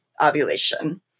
ovulation